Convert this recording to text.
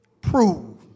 prove